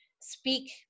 speak